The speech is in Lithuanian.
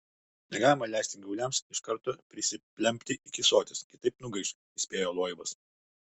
negalima leisti gyvuliams iš karto prisiplempti iki soties kitaip nugaiš įspėjo loibas